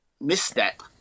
misstep